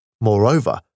moreover